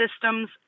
systems